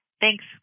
Thanks